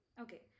Okay